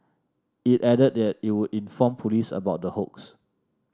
it added that it would inform police about the hoax